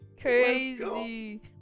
Crazy